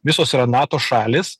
visos yra nato šalys